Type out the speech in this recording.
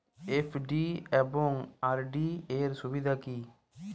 FD এবং RD এর সুবিধা কী?